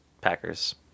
Packers